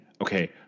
okay